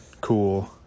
cool